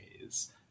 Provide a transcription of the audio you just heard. ways